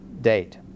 date